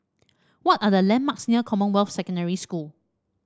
what are the landmarks near Commonwealth Secondary School